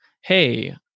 Hey